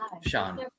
Sean